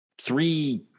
three